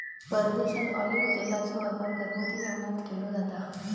परदेशात ऑलिव्ह तेलाचो वापर घरगुती जेवणात केलो जाता